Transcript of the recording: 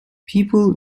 people